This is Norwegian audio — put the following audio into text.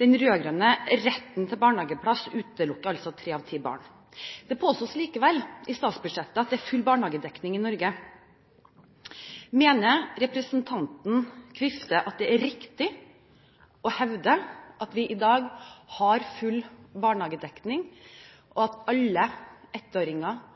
Den rød-grønne retten til barnehageplass utelukker altså tre av ti barn. Det påstås likevel i statsbudsjettet at det er full barnehagedekning i Norge. Mener representanten Kvifte Andresen at det er riktig å hevde at vi i dag har full barnehagedekning, og at alle ettåringer